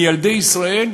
מילדי ישראל,